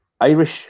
Irish